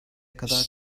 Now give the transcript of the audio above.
kadar